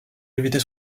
éviter